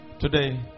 Today